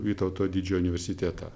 vytauto didžiojo universitetą